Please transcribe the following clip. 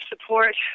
support